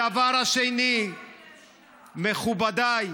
השקרים, הדבר השני, מכובדיי,